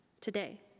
today